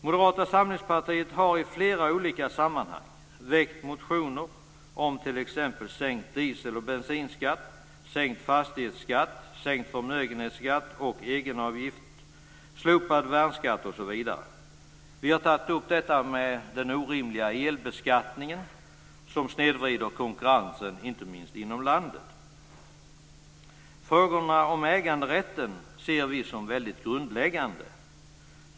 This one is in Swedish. Moderata samlingspartiet har i flera olika sammanhang väckt motioner om t.ex. sänkt diesel och bensinskatt, sänkt fastighetsskatt, sänkt förmögenhetsskatt, sänkt egenavgift, slopad värnskatt osv. Vi har tagit upp den orimliga elbeskattningen, som snedvrider konkurrensen, inte minst inom landet. Vi ser frågorna om äganderätten som mycket grundläggande.